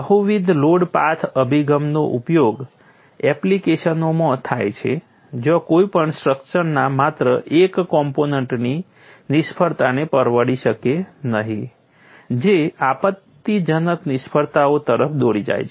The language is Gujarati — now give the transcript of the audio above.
બહુવિધ લોડ પાથ અભિગમનો ઉપયોગ એપ્લિકેશનોમાં થાય છે જ્યાં કોઈ પણ સ્ટ્રક્ચરના માત્ર એક કોમ્પોનન્ટની નિષ્ફળતાને પરવડી શકે નહીં જે આપત્તિજનક નિષ્ફળતાઓ તરફ દોરી જાય છે